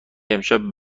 امشب